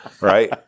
Right